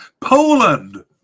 Poland